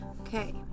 Okay